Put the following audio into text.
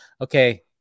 okay